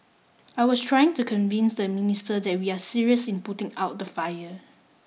I was trying to convince the minister that we are serious in putting out the fire